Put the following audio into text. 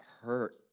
hurt